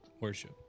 worship